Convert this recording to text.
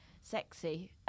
sexy